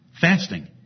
Fasting